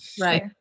right